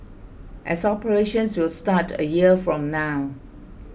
as operations will start a year from now